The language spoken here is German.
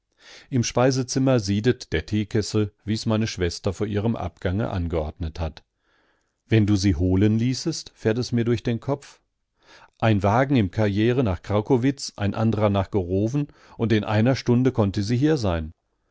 im speisezimmer siedet der teekessel wie's meine schwester vor ihrem abgange angeordnet hat wenn du sie holen ließest fährt es mir durch den kopf i in wagen im karriere nach krakowitz ein andrer nach gorowen und in einer stunde konnte sie hier sein